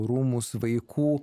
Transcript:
rūmus vaikų